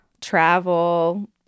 travel